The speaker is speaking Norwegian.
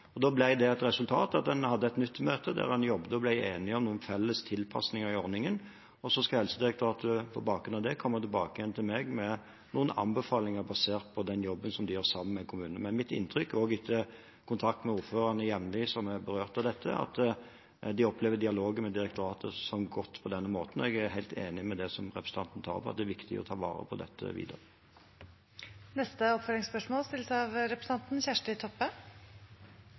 ordningen. Så skal Helsedirektoratet på bakgrunn av det komme tilbake til meg med noen anbefalinger basert på den jobben de gjør sammen med kommunene. Mitt inntrykk etter jevnlig kontakt med ordførerne som er berørt av dette, er at de på denne måten opplever dialogen med direktoratet som god. Jeg er helt enig i det som representanten tar opp, at det er viktig å ta vare på dette videre. Kjersti Toppe – til oppfølgingsspørsmål.